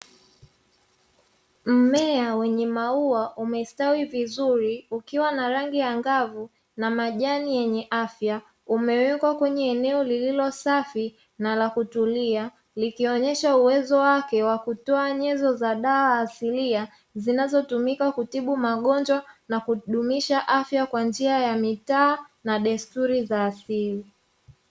Mmea wenye maua umestawi vizuri, ukiwa na rangi ya angavu, na majani yenye afya, umewekwa kwenye eneo lililo safi na la kutulia, likionyesha uwezo wake wa kutoa nyenzo za dawa asilia zinazotumika kutibu magonjwa, na kudumisha afya kwa njia ya mitaa na desturi za asili.